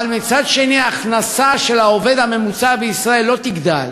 אבל מצד שני ההכנסה של העובד הממוצע בישראל לא תגדל,